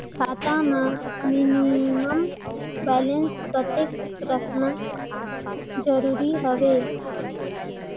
खाता मां minimum balance कतेक रखना जरूरी हवय?